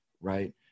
right